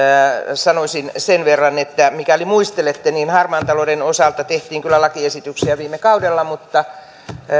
sanoisin sen verran että mikäli muistelette niin harmaan talouden osalta tehtiin kyllä lakiesityksiä viime kaudella mutta